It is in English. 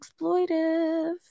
exploitive